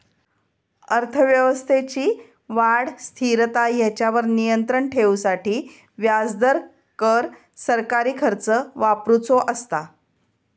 अर्थव्यवस्थेची वाढ, स्थिरता हेंच्यावर नियंत्राण ठेवूसाठी व्याजदर, कर, सरकारी खर्च वापरुचो असता